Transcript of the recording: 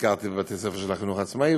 ביקרתי בבתי-ספר של החינוך העצמאי,